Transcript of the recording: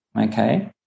okay